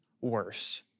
worse